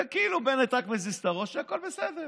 וכאילו בנט רק מזיז את הראש והכול בסדר,